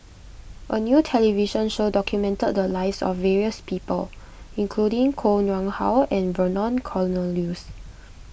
a new television show documented the lives of various people including Koh Nguang How and Vernon Cornelius